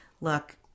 look –